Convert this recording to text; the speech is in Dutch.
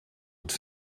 het